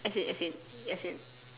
as in as in as in